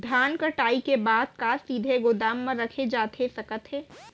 धान कटाई के बाद का सीधे गोदाम मा रखे जाथे सकत हे?